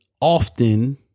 often